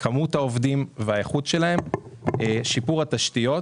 כמות העובדים והאיכות שלהם, לשיפור התשתיות.